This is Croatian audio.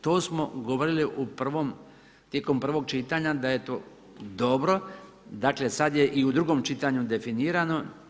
To smo govorili tijekom prvog čitanja da je to dobro, dakle sad je i u drugom čitanju definirano.